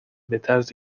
بطرز